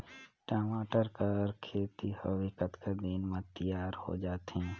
टमाटर कर खेती हवे कतका दिन म तियार हो जाथे?